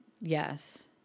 Yes